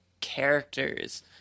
characters